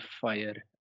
fire